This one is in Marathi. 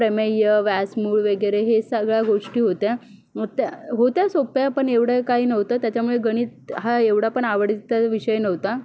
प्रमेय व्यास मूळ वगैरे हे सगळ्या गोष्टी होत्या त्या होत्या सोप्या पण एवढं काही नव्हतं त्याच्यामुळं गणित हा एवढा पण आवडीचा विषय नव्हता